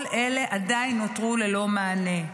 כל אלה עדיין נותרו ללא מענה.